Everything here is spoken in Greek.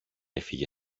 έφυγε